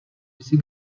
jsi